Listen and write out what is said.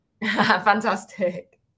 Fantastic